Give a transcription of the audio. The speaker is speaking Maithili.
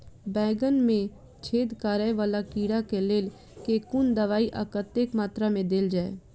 बैंगन मे छेद कराए वला कीड़ा केँ लेल केँ कुन दवाई आ कतेक मात्रा मे देल जाए?